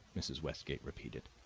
mrs. westgate repeated.